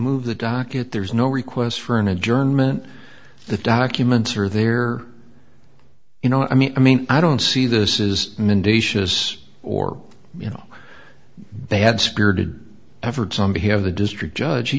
move the docket there's no request for an adjournment the documents are there you know i mean i mean i don't see this is mendacious or you know they had spirited efforts on behalf of the district judge he